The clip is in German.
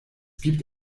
gibt